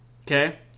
Okay